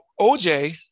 OJ